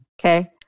okay